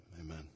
amen